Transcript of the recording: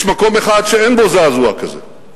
יש מקום אחד שאין בו זעזוע כזה.